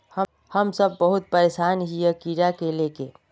हम सब बहुत परेशान हिये कीड़ा के ले के?